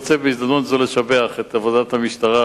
בהזדמנות זו אני רוצה לשבח את עבודת המשטרה